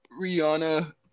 Rihanna